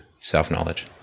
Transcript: self-knowledge